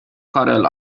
کارل